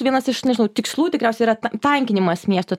vienas iš nežinau tikslų tikriausiai yra tan tankinimas miesto